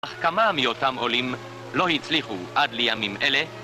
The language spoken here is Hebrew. אך כמה מאותם עולים לא הצליחו עד לימים אלה?